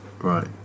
Right